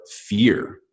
fear